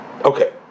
Okay